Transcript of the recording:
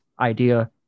idea